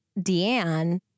Deanne